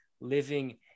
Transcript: living